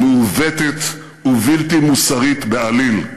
מעוותת ובלתי מוסרית בעליל.